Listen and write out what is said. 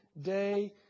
day